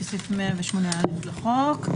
לפי סעיף 108א לחוק,